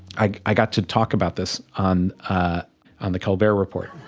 i i got to talk about this on ah on the colbert report.